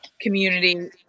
community